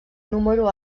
número